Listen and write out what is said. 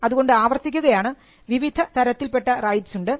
അതുകൊണ്ട് ആവർത്തിക്കുകയാണ് വിവിധ തരത്തിൽ പെട്ട റൈറ്റ്സ് ഉണ്ട്